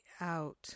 out